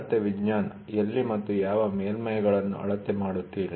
ಅಳತೆ ವಿಜ್ಞಾನ ಎಲ್ಲಿ ಮತ್ತು ಯಾವ ಮೇಲ್ಮೈ'ಗಳನ್ನು ಅಳತೆ ಮಾಡುತ್ತೀರಿ